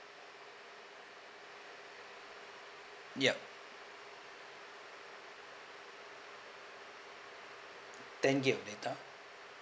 yup ten gig of data